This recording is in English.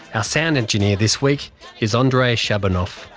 ah sound engineer this week is andrei shabunov,